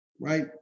right